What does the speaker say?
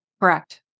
correct